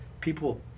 people